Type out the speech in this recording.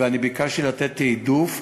ואני ביקשתי לתת תעדוף,